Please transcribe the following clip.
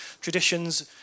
traditions